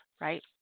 right